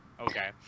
Okay